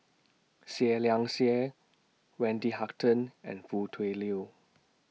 Seah Liang Seah Wendy Hutton and Foo Tui Liew